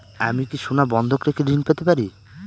আমি কি সোনা বন্ধক রেখে ঋণ পেতে পারি?